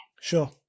sure